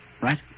right